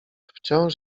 wciąż